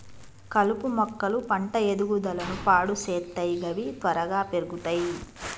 కలుపు మొక్కలు పంట ఎదుగుదలను పాడు సేత్తయ్ గవి త్వరగా పెర్గుతయ్